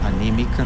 anímica